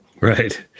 right